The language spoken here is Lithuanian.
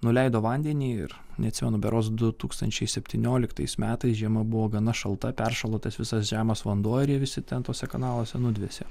nuleido vandenį ir neatsimenu berods du tūkstančiai septynioliktais metais žiema buvo gana šalta peršalo tas visas žemas vanduo ir jie visi ten tuose kanaluose nudvėsė